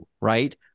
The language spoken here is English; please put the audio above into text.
right